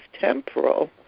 temporal